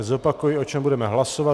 Zopakuji, o čem budeme hlasovat.